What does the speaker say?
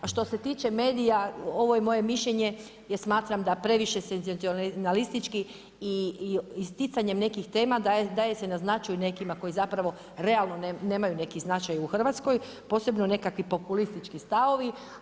A što se tiče medija, ovo je moje mišljenje jer smatram da previše senzacionalistički isticanjem nekih tema daje se na značaju nekima koji realno nemaju neki značaj u Hrvatskoj, posebno nekakvi populistički stavovi.